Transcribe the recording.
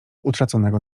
utraconego